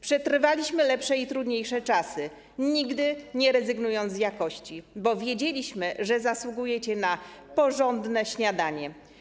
Przetrwaliśmy lepsze i trudniejsze czasy, nigdy nie rezygnując z jakości, bo wiedzieliśmy, że zasługujecie na porządne śniadanie.